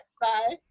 Bye